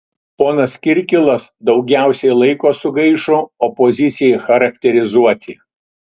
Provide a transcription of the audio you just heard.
ponas kirkilas daugiausiai laiko sugaišo opozicijai charakterizuoti